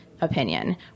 opinion